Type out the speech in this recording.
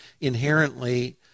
inherently